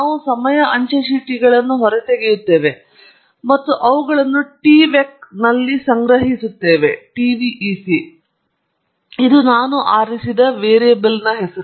ನಾವು ಸಮಯ ಅಂಚೆಚೀಟಿಗಳನ್ನು ಹೊರತೆಗೆಯುತ್ತೇವೆ ಮತ್ತು ಅವುಗಳನ್ನು Tvec ಯಲ್ಲಿ ಸಂಗ್ರಹಿಸುತ್ತೇವೆ ಇದು ನಾನು ಆರಿಸಿದ ವೇರಿಯಬಲ್ ಹೆಸರು